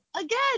again